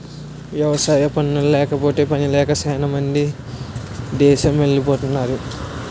వ్యవసాయ పనుల్లేకపోతే పనిలేక సేనా మంది దేసమెలిపోతరు